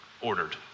ordered